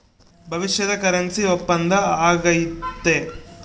ಭವಿಷ್ಯದ ಕರೆನ್ಸಿ ಒಪ್ಪಂದ ಆಗೈತೆ